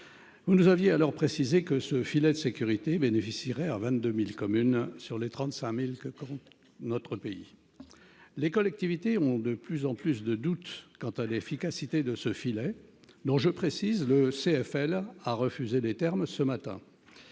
Vous nous aviez alors précisé que ce filet de sécurité bénéficierait à 22000 communes sur les 35000 que compte notre pays, les collectivités ont de plus en plus de doutes quant à l'efficacité de ce filet non je précise le CFL a refusé les termes ce matin